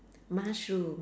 mushroom